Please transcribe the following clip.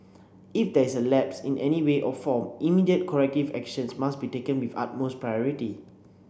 if there is a lapse in any way or form immediate corrective actions must be taken with utmost priority